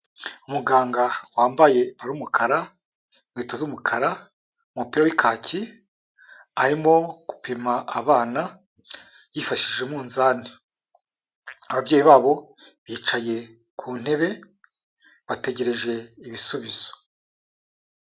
Umuganga wambaye ipantaro y'umukara, inkweto z'umukara umupira w'ikaki, arimo gupima abana yifashishije umunzani. Ababyeyi babo bicaye ku ntebe bategereje ibisubizo.